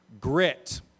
grit